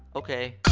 okay.